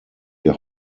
wir